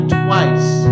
twice